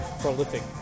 prolific